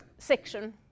section